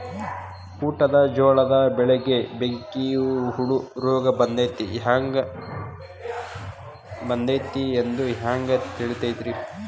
ಊಟದ ಜೋಳದ ಬೆಳೆಗೆ ಬೆಂಕಿ ಹುಳ ರೋಗ ಬಂದೈತಿ ಎಂದು ಹ್ಯಾಂಗ ತಿಳಿತೈತರೇ?